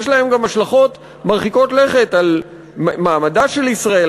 יש להם השלכות מרחיקות לכת גם על מעמדה של ישראל,